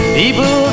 people